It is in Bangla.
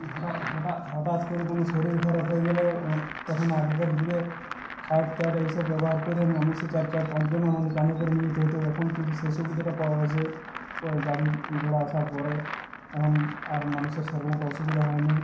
হঠাৎ হঠাৎ হঠাৎ করে কোনও শরীর খারাপ হয়ে গেলে তখন আগেকার যুগে খাট টাট এইসব ব্যবহার করে মানুষে চার চার পাঁচজন আমাকে কাঁধে করে নিয়ে যেতে হতো এখন কিন্তু সেই সুবিধাটা পাওয়া গেছে গাড়িঘোড়া আসার পরে এখন আর মানুষের সেরকম একটা অসুবিধা হয় নে